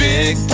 Big